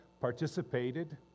participated